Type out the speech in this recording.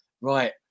right